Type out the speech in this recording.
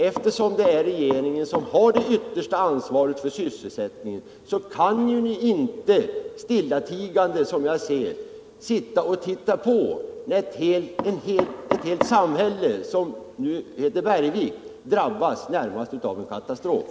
Eftersom regeringen har det yttersta ansvaret för sysselsättningen kan den, som jag ser det, inte stillatigande se på när ett helt samhälle, i detta fall Bergvik, drabbas närmast av en katastrof.